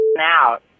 out